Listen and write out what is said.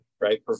right